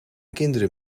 kinderen